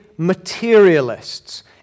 materialists